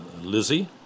Lizzie